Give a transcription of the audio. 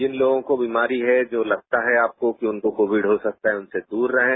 जिन लोगों को बीमारी है जो लगता है कि आपको कि उनको कोविड हो सकता है उनसे दूर रहें